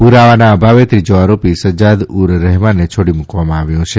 પુરાવાના અભાવે ત્રીજો આરોપી સજજાદ ઉર રહમાનને છોડી મુકાવમાં આવ્યો છે